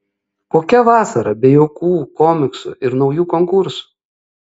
kokia vasara be juokų komiksų ir naujų konkursų